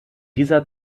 dieser